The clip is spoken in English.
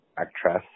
actress